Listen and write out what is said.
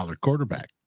quarterback